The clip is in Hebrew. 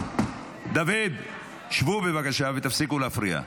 דוד, שבו, בבקשה, ותפסיקו להפריע.